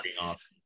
off